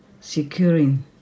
securing